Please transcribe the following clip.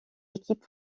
équipes